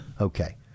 Okay